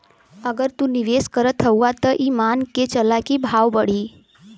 अगर तू निवेस करत हउआ त ई मान के चला की भाव बढ़ी